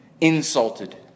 insulted